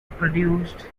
produced